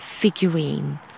figurine